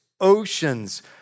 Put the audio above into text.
oceans